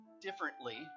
differently